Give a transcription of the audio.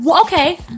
Okay